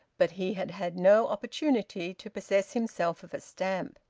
but he had had no opportunity to possess himself of a stamp.